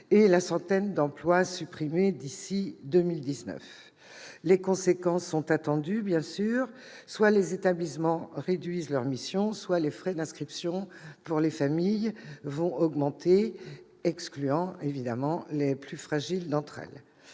et la centaine d'emplois supprimés d'ici à 2019. Les conséquences sont attendues : soit les établissements réduisent leurs missions, soit les frais d'inscription pour les familles augmenteront, excluant ainsi les plus fragiles d'entre elles.